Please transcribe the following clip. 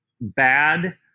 bad